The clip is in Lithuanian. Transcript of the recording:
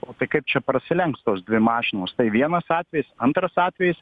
o tai kaip čia prasilenks tos dvi mašinos tai vienas atvejis antras atvejis